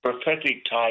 prophetic-type